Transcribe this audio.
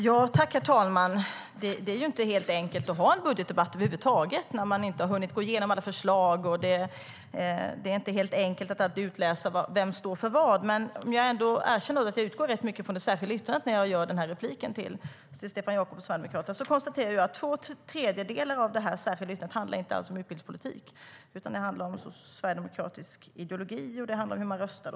Herr talman! Det är inte helt enkelt att ha en budgetdebatt över huvud taget när man inte har hunnit gå igenom alla förslag. Det är inte helt enkelt att utläsa vem som står för vad. Jag erkänner att jag utgår rätt mycket från det särskilda yttrandet när jag replikerar på Stefan Jakobsson från Sverigedemokraterna.Jag konstaterar att två tredjedelar av det särskilda yttrandet inte alls handlar om utbildningspolitik. Det handlar om sverigedemokratisk ideologi och hur man röstar.